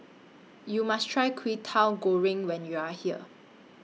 YOU must Try Kwetiau Goreng when YOU Are here